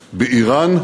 באיראן,